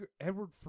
Edward